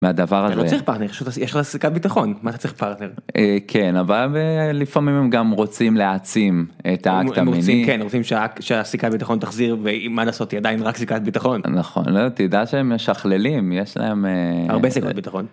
מהדבר הזה, אתה לא צריך פרטנר, יש לך סיכת ביטחון מה אתה צריך פרטנר, כן אבל לפעמים הם גם רוצים להעצים את האקדמינים שהסיכת ביטחון תחזיר והיא מה לעשות עדיין רק סיכת ביטחון נכון לא תדע שהם משכללים יש להם הרבה סיכות ביטחון.